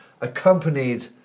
accompanied